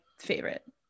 favorite